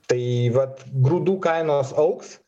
tai vat grūdų kainos augs